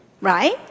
right